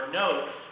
notes